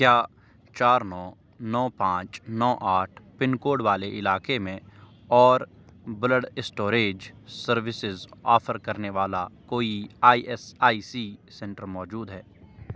کیا چار نو نو پانچ نو آٹھ پن کوڈ والے علاقے میں اور بلڈ اسٹوریج سروسز آفر کرنے والا کوئی I S I C centre موجود ہے